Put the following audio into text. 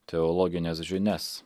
teologines žinias